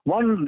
One